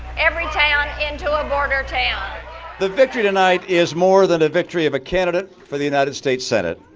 every town into a border town the victory tonight is more than a victory of a candidate for the united states senate.